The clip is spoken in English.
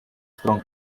strong